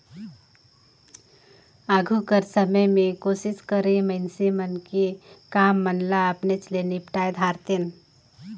आघु कर समे में कोसिस करें मइनसे मन कि काम मन ल अपनेच ले निपटाए धारतेन